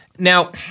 Now